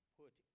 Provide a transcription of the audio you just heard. put